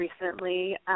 recently